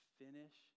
finish